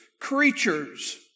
creatures